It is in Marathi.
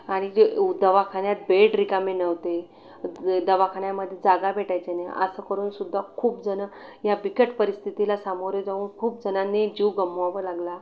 आणि जे दवाखान्यात बेड रिकामे नव्हते दवाखान्यामध्ये जागा भेटायच्या नाही असं करून सुद्धा खूपजणं या बिकट परिस्थितीला सामोरे जाऊन खूपजणांनी जीव गमवावा लागला